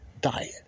diet